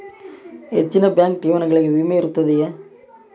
ಹೆಚ್ಚಿನ ಬ್ಯಾಂಕ್ ಠೇವಣಿಗಳಿಗೆ ವಿಮೆ ಇರುತ್ತದೆಯೆ?